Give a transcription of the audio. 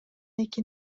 эки